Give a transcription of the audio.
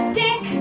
dick